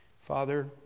Father